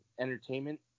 entertainment